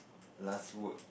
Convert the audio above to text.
last work